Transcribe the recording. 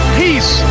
peace